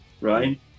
Right